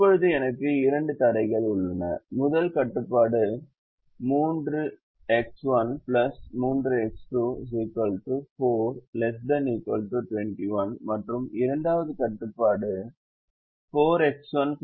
இப்போது எனக்கு இரண்டு தடைகள் உள்ளன முதல் கட்டுப்பாடு 3X1 3X2 4 ≤ 21 மற்றும் இரண்டாவது கட்டுப்பாடு 4X1 3X2 ≤ 24